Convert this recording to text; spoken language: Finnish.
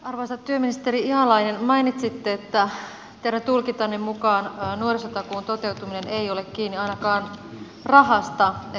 arvoisa työministeri ihalainen mainitsitte että teidän tulkintanne mukaan nuorisotakuun toteutuminen ei ole kiinni ainakaan rahasta että sitä on